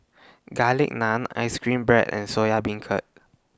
Garlic Naan Ice Cream Bread and Soya Beancurd